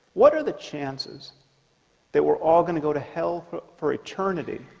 what are the chances that we're all going to go to hell for for eternity?